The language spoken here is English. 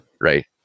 Right